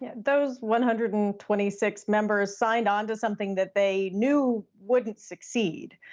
those one hundred and twenty six members signed on to something that they knew wouldn't succeed,